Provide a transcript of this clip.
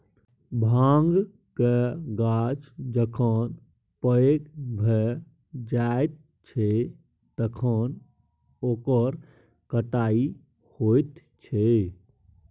भाँगक गाछ जखन पैघ भए जाइत छै तखन ओकर कटाई होइत छै